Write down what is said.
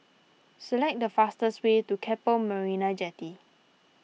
select the fastest way to Keppel Marina Jetty